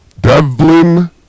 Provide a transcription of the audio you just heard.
Devlin